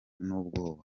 n’ubwoba